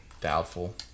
Doubtful